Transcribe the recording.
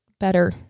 better